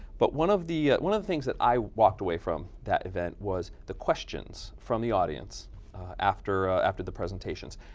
but one of the, one of the things that i walked away from at that event was the questions from the audience after, after the presentations.